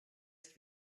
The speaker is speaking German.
ist